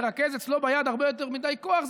מרכז אצלו ביד הרבה יותר מדי כוח,